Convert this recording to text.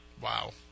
Wow